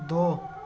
دو